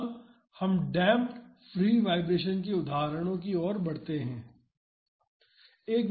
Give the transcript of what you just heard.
अब हम damped free vibration के उदाहरणों की ओर बढ़ते हैं